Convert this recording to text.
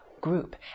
group